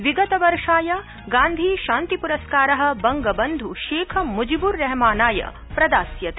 विगतवर्षाय गान्धी शान्ति पुरस्कार बंगबन्धु शेख मुजिबुर रेहमानाय प्रदास्यते